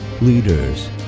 leaders